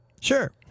Sure